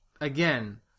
again